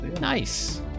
Nice